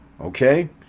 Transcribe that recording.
Okay